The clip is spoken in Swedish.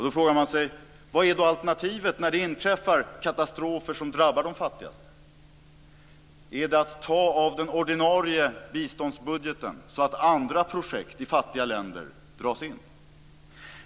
Då frågar man sig: Vad är alternativet när det inträffar katastrofer som drabbar de fattigaste? Är det att ta av den ordinarie biståndsbudgeten, så att andra projekt i fattiga länder dras in?